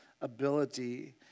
ability